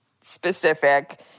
specific